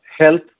health